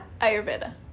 Ayurveda